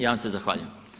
Ja vam se zahvaljujem.